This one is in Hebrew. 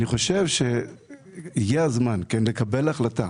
אני חושב שהגיע הזמן לקבל החלטה